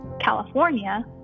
California